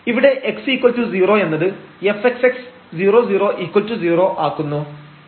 ഇവിടെ x0 എന്നത് fxx 000 ആക്കുന്നു